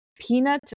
Peanut